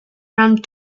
around